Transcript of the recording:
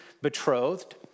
betrothed